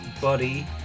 buddy